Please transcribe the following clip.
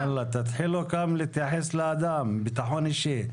תתחילו להתייחס לאדם, ביטחון אישי.